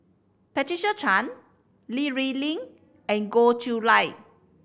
Patricia Chan Li Rulin and Goh Chiew Lye